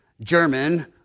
German